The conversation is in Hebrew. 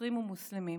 נוצרים ומוסלמים,